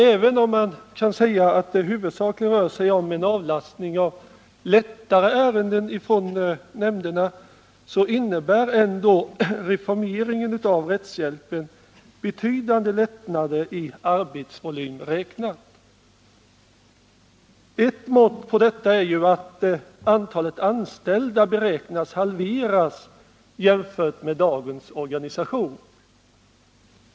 Även om det huvudsakligen rör sig om en avlastning av lättare ärenden från nämnderna innebär ändå reformeringen av rättshjälpen betydande lättnader i arbetsvolym räknat. Ett mått på detta är ju att antalet anställda beräknas kunna halveras jämfört med dagens organisation.